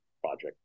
Project